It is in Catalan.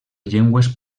llengües